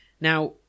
Now